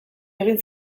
egin